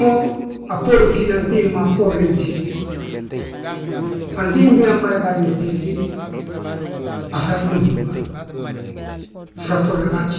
Mo, antimba mada gaadi ginsiisi, a fras ma fdúba, fras folla gaaj,